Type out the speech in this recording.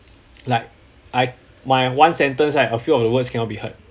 like I my one sentence right a few of the words cannot be heard